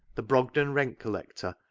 the brogden rent-collector,